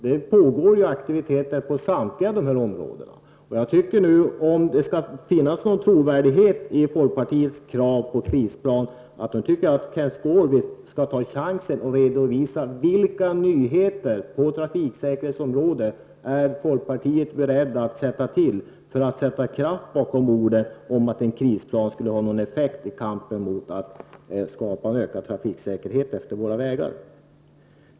Det pågår ju aktiviteter på samtliga dessa områden. Om det skall finnas någon trovärdighet i folkpartiets krav på en krisplan bör Kenth Skårvik ta chansen och redovisa vilka nyheter på trafiksäkerhetsområdet som folkpartiet är berett att satsa på för att sätta kraft bakom orden om att en krisplan skulle ha någon effekt i kampen för en ökad trafiksäkerhet längs våra vägar.